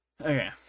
Okay